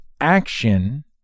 action